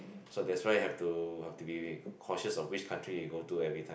so that's why have to have to be cautious of which country you go to everytime